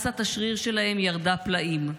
מסת השריר שלהם ירדה פלאים,